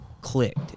clicked